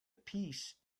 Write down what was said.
peace